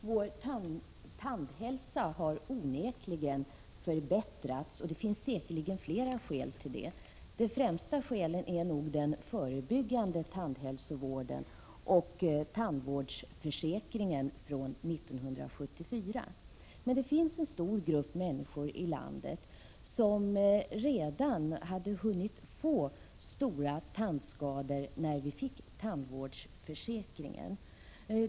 Herr talman! Vår tandhälsa har onekligen förbättrats, och det finns säkerligen flera skäl till detta. De främsta skälen är nog den förebyggande tandhälsovården och tandvårdsförsäkringen från 1974. Det finns emellertid en stor grupp människor i landet som, då vi fick tandvårdsförsäkringen, redan hunnit få stora tandskador.